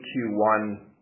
Q1